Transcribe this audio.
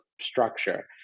structure